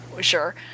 sure